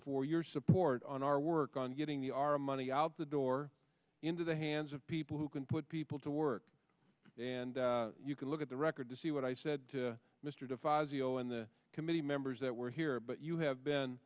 for your support on our work on getting the our money out the door into the hands of people who can put people to work and you can look at the record to see what i said to mr de fazio in the committee numbers that we're here but you have been